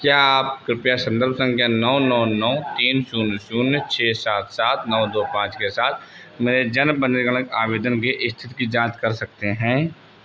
क्या आप कृपया संदर्भ संख्या नौ नौ नौ तीन शून्य शून्य छः सात सात नौ दो पाँच के साथ मेरे जन्म पंजीकरण आवेदन की स्थिति की जांच कर सकते हैं